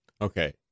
Okay